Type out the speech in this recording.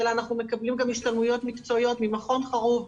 אנחנו מקבלים גם השתלמויות מקצועיות ממכון חרוב,